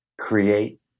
create